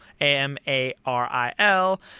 A-M-A-R-I-L